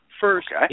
First